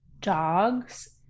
dogs